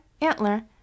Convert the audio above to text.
antler